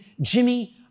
Jimmy